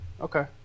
okay